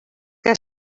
que